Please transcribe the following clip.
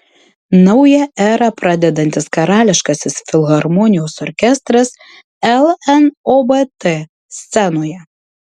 naują erą pradedantis karališkasis filharmonijos orkestras lnobt scenoje